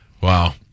Wow